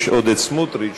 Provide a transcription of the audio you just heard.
ויש עוד סמוטריץ,